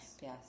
yes